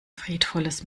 friedvolles